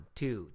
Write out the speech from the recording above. two